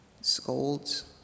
scolds